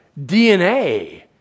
DNA